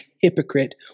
hypocrite